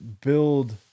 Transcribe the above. build